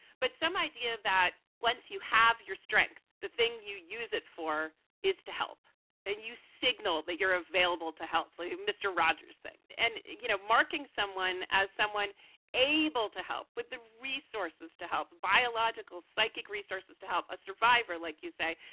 but some idea that once you have your strength, the thing you use it for is to help and you signal that you're available to help you. mr. rogers thing. and, you know, marking someone as someone able to help with the resources to help the biological psychic resources to help a survivor, like you say,